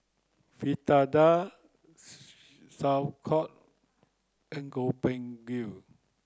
Fritada Sauerkraut and Gobchang Gui